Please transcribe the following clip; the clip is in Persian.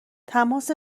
تماس